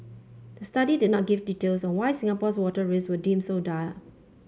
the study did not give details on why Singapore's water risks were deemed so dire